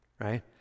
right